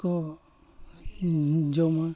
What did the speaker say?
ᱠᱚ ᱡᱚᱢᱟ